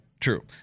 True